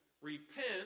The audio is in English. Repent